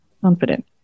confident